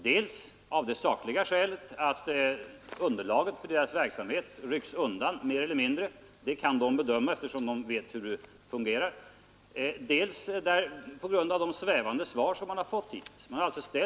Det har man trott dels därför att underlaget för provningsanstaltens verksamhet mer eller mindre ryckts undan — detta kan de anställda bedöma eftersom de vet hur det hela fungerar — dels på grund av de svävande svar som man fått hittills när man bett om garantier för framtiden.